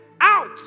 out